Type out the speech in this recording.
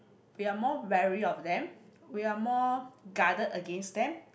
we are more wary of them we are more guarded against them